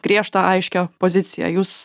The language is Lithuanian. griežtą aiškią poziciją jūs